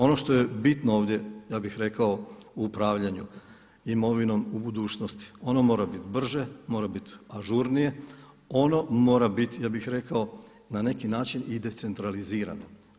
Ono što je bitno ovdje ja bih rekao u upravljanju imovinom u budućnosti, ono mora biti brže, mora biti ažurnije, ono mora biti ja bih rekao na neki način i decentralizirano.